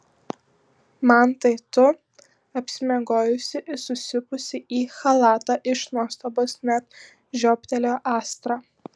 mantai tu apsimiegojusi įsisupusi į chalatą iš nuostabos net žioptelėjo astra